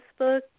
Facebook